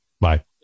Bye